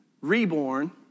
reborn